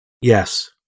Yes